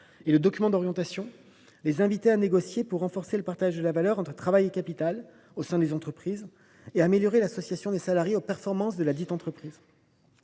Le document d’orientation les invitait à négocier pour renforcer le partage de la valeur entre travail et capital au sein des entreprises et à améliorer l’association des salariés aux performances de l’entreprise.